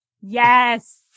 Yes